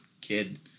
kid